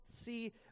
see